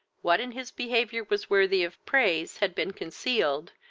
what in his behaviour was worthy of praise had been concealed,